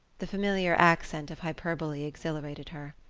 the familiar accent of hyperbole exhilarated her.